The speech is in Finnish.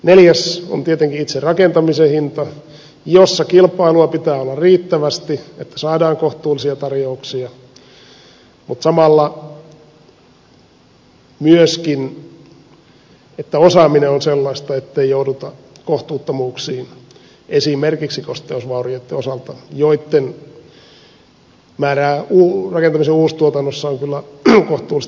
neljäs on tietenkin itse rakentamisen hinta jossa kilpailua pitää olla riittävästi että saadaan kohtuullisia tarjouksia mutta samalla myöskin osaaminen on sellaista ettei jouduta kohtuuttomuuksiin esimerkiksi kosteusvaurioitten osalta joitten määrää rakentamisen uustuotannossa on kyllä kohtuullisesti liioiteltu